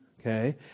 okay